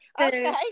okay